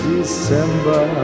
December